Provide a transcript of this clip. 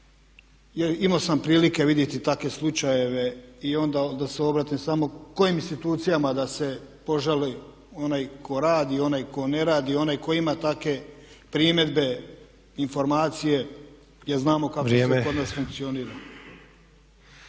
Imao sam prilike vidjeti takve slučajeve i onda da se obratim samo kojim institucijama da se požali onaj tko radi i onaj tko ne radi, onaj tko ima takve primjedbe, informacije? Jer znamo kako to kod nas funkcionira.